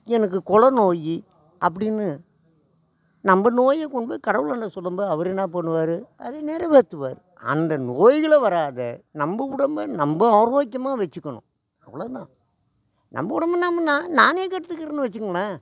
எனக்கு குடல் நோய் அப்படின்னு நம்ப நோயை கொண்டு போய் கடவுளாண்ட சொல்லும்போது அவர் என்ன பண்ணுவார் அது நிறைவேத்துவார் அந்த நோய்களை வராத நம்ப உடம்பை நம்ப ஆரோக்கியமாக வெச்சுக்கணும் அவ்வளோ தான் நம்ப உடம்புனமுன்னால் நானே கெடுத்துக்கிறேன்னு வெச்சுக்கங்களேன்